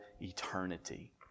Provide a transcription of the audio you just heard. eternity